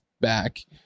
back